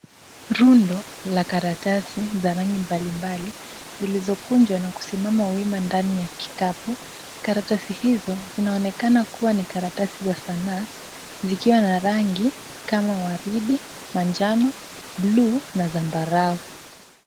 Rundo la karatasi za rangi mbalimbali zilizokunjwa na kusimama wima ndani ya kikapu. Karatasi hizo zinaonekana kuwa ni karatasi za sanaa zikiwa na rangi kama waridi, manjano, buluu na zambarau.